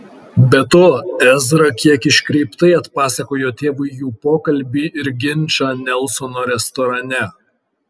be to ezra kiek iškreiptai atpasakojo tėvui jų pokalbį ir ginčą nelsono restorane